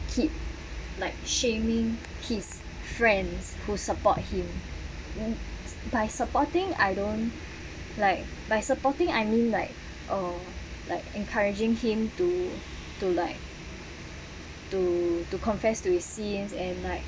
keep like shaming his friends who support him by supporting I don't like by supporting I mean like uh like encouraging him to to like to to confess to his scenes and like